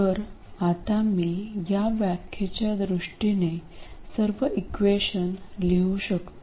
तर आता मी या व्याख्येच्या दृष्टीने सर्व इक्वेशन लिहू शकतो